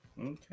Okay